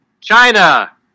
China